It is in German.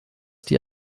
die